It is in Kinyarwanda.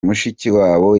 mushikiwabo